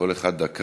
כל אחד דקה.